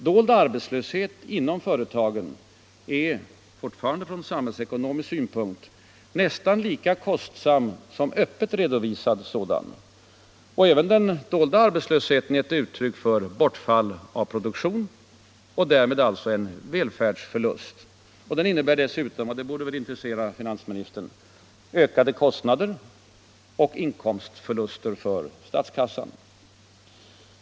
Dold arbetslöshet inom företagen är fortfarande från samhällsekonomisk synpunkt nästan lika kostsam som öppet redovisad sådan. Även den dolda arbetslösheten är ett uttryck för bortfall av produktion och därmed en välfärdsförlust. Och den innebär dessutom — det borde väl intressera finansministern — ökade kostnader och inkomstförluster för statskassan.